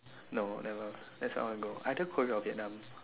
no never that's long ago either Korea or Vietnam